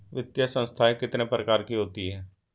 वित्तीय संस्थाएं कितने प्रकार की होती हैं?